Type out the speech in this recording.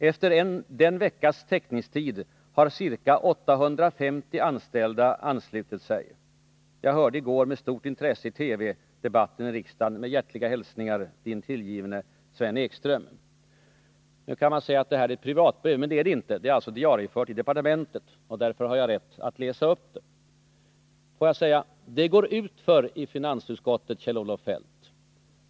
Efter en veckas teckningstid har ca 850 anställda anslutit sig. Jag hörde igår med stort intresse i tv debatten i riksdagen. Med hjärtliga hälsningar Nu kan man säga att det här brevet är ett privatbrev, men det är det inte. Det är nämligen diariefört i departementet, och därför har jag rätt att läsa upp det. Jag får säga att det går utför i finansutskottet, Kjell-Olof Feldt.